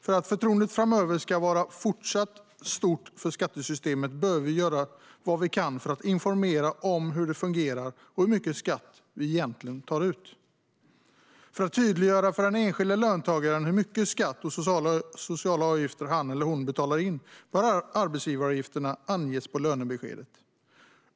För att förtroendet för skattesystemet framöver ska fortsätta att vara stort behöver vi göra vad vi kan för att informera om hur det fungerar och hur mycket skatt vi egentligen tar ut. För att tydliggöra för den enskilde löntagaren hur mycket skatt och sociala avgifter han eller hon betalar in bör arbetsgivaravgifterna anges på lönebeskedet.